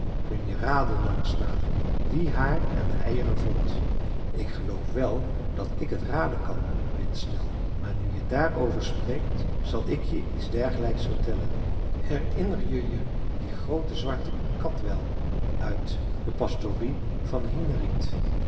kun je raden langsnavel wie haar en de eieren vond ik geloof wel dat ik het raden kan windsnel maar nu je daarover spreekt zal ik iets dergelijks vertellen herinner je je die groote zwarte kat wel uit de pastorie van hinneryd